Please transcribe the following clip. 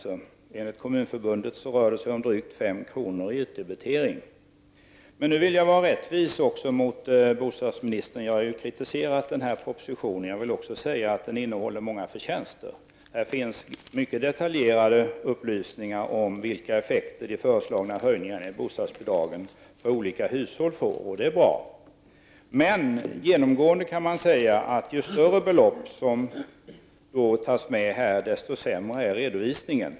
Enligt Kommunförbundet rör det sig om drygt 5 kr. i utdebitering. Jag har kritiserat propositionen, men jag vill vara rättvis mot bostadsministern och säga att den också innehåller många förtjänstfulla saker. Det finns mycket detaljerade upplysningar om vilka effekter de föreslagna höjningarna av bostadsbidragen får för olika hushåll. Det är bra. Men man kan säga att ju större belopp det rör sig om, desto sämre är i allmänhet redovisningen.